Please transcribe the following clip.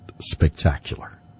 spectacular